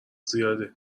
زیاده